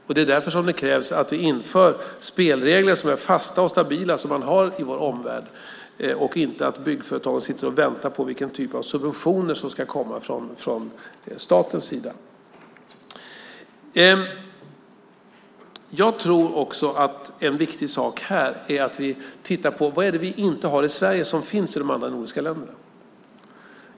Det är också därför som det krävs att vi inför spelregler som är fasta och stabila, som man har i vår omvärld, så att inte byggföretagen sitter och väntar på vilken typ av subventioner som ska komma från statens sida. Jag tror också att en viktig sak här är att vi tittar på vad det är som vi inte har i Sverige men som finns i de andra nordiska länderna.